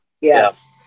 Yes